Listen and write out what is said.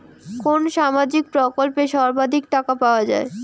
কোন সামাজিক প্রকল্পে সর্বাধিক টাকা পাওয়া য়ায়?